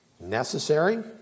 necessary